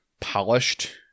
polished